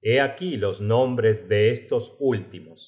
hé aquí los nombres de estos últimos